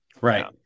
Right